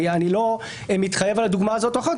אני לא מתחייב על דוגמה זו או אחרת,